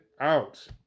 out